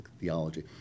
theology